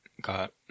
got